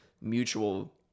mutual